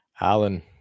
Alan